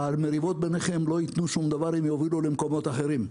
המריבות ביניכם לא יתנו שום דבר אם הן יובילו למקומות אחרים.